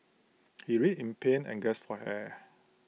he writhed in pain and gasped for air